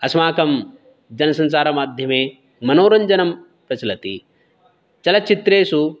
अस्माकं जनसञ्चारमाध्यमे मनोरञ्जनं प्रचलति चलच्चित्रेषु